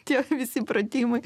tie visi pratimai